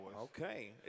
Okay